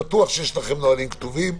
בטוח שיש לכם נהלים כתובים,